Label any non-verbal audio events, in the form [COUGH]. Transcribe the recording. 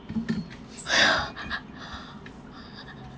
[LAUGHS]